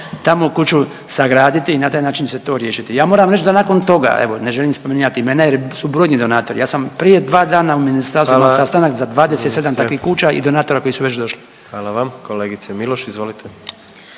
tamo kuću sagraditi i na taj način se to riješiti. Ja moram reći da nakon toga, evo, ne želim spominjati imena jer su brojni donatori, ja sam prije 2 dana u Ministarstvu imao .../Upadica: Hvala ministre./... sastanak za 27 takvih kuća i donatora koji su već došli. **Jandroković, Gordan